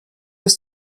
ist